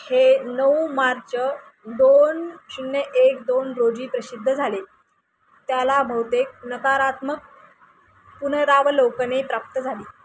हे नऊ मार्च दोन शून्य एक दोन रोजी प्रसिद्ध झाले त्याला बहुतेक नकारात्मक पुनरावलोकने प्राप्त झाली